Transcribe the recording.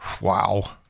wow